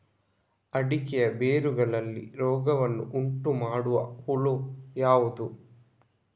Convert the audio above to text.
ಅಡಿಕೆಯ ಬೇರುಗಳಲ್ಲಿ ರೋಗವನ್ನು ಉಂಟುಮಾಡುವ ಹುಳು ಯಾವುದು?